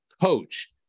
coach